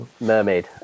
mermaid